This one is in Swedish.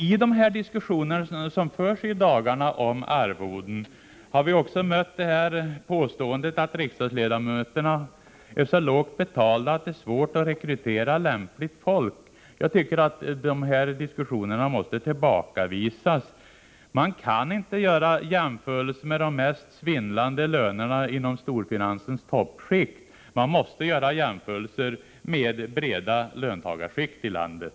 I de diskussioner om arvoden som har förts i dagarna har vi mött påståendet att riksdagsledamöterna är så lågt betalda att det är svårt att rekrytera lämpligt folk. Detta påstående måste tillbakavisas. Man kan inte göra jämförelser med de mest svindlande lönerna inom storfinansens toppskikt. Man måste göra jämförelser med breda löntagarskikt i landet.